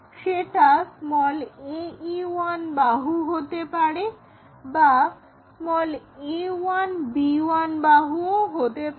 সেটা ae1 বাহু হতে পারে বা a1b1 বাহুও হতে পারে